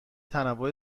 تنوع